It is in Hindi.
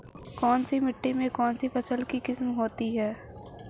कौनसी मिट्टी में कौनसी किस्म की फसल की खेती होती है?